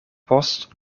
post